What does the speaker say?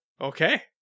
Okay